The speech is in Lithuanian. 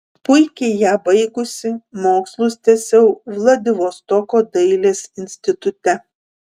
puikiai ją baigusi mokslus tęsiau vladivostoko dailės institute